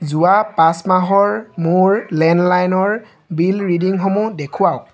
যোৱা পাঁচ মাহৰ মোৰ লেণ্ডলাইনৰ বিল ৰিডিংসমূহ দেখুৱাওক